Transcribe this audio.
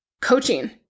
coaching